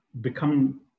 become